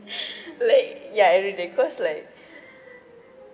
like ya everyday cause like